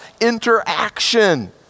interaction